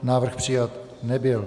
Návrh přijat nebyl.